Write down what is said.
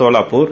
Kolhapur